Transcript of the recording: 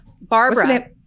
Barbara